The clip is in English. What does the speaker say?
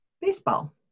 baseball